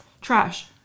Trash